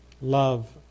love